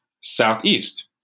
Southeast